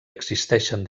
existeixen